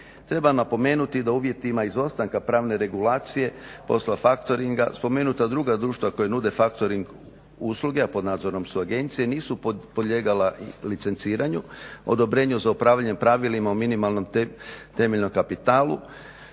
Treba napomenuti da u uvjetima izostanka pravne regulacije posao factoring spomenuta druga društva koja nude factoring usluge, a pod nadzorom su agencije nisu podlijegala licenciranju, odobrenju za upravljanju pravilima o minimalnom temeljnom kapitalu,